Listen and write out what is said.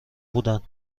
بودند